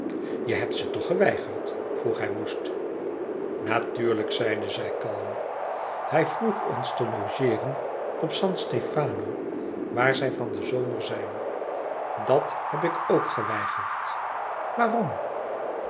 je hebt ze toch geweigerd vroeg hij woest natuurlijk zeide zij kalm hij vroeg ons te logeeren e ids aargang op san stefano waar zij van den zomer zijn dat heb ik ook geweigerd waarom